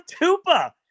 Tupa